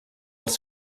els